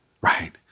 Right